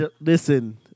Listen